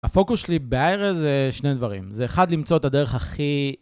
הפוקוס שלי באיירה זה שני דברים, זה אחד למצוא את הדרך הכי...